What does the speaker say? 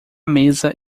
mesa